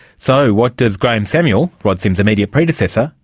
so what does graeme samuel, rod sims' immediate predecessor,